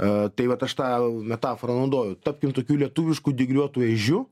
a tai vat aš tą metaforą naudoju tapkim tokiu lietuvišku dygliuotu ežiu